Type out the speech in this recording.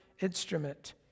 instrument